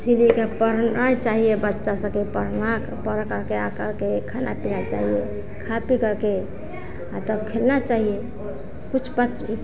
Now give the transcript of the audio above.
इसलिए के पढ़ना चाहिए बच्चा सब के पढ़ना पढ़ करके आ करके खाना पीना चाहिए खा पी करके तब खेलना चाहिए कुछ पच पीकर